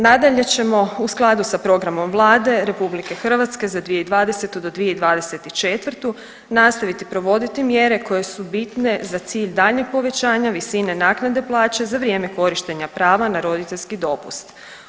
Nadalje ćemo u skladu s programom Vlade RH za 2020. do 2024. nastaviti provoditi mjere koje su bitne za cilj daljnjeg povećanja visine naknade plaće za vrijeme korištenja prava na roditeljski dopust.